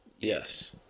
Yes